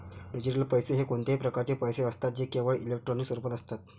digital पैसे हे कोणत्याही प्रकारचे पैसे असतात जे केवळ इलेक्ट्रॉनिक स्वरूपात असतात